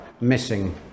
missing